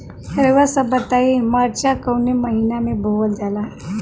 रउआ सभ बताई मरचा कवने महीना में बोवल जाला?